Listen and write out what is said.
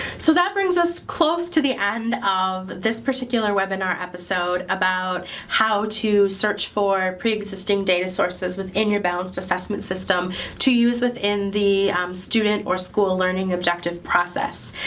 so that brings us close to the end of this particular webinar episode about how to search for pre-existing data sources within your balanced assessment system to use within the student or school learning objective process.